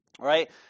right